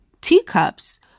teacups